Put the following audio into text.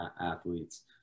athletes